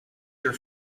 your